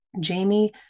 Jamie